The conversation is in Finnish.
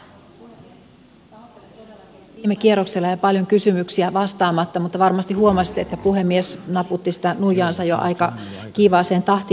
pahoittelen todellakin että viime kierroksella jäi paljon kysymyksiä vastaamatta mutta varmasti huomasitte että puhemies naputti sitä nuijaansa jo aika kiivaaseen tahtiin